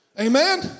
Amen